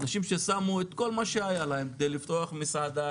אנשים שמו את כל מה שהיה להם כדי לפתוח מסעדה,